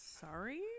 Sorry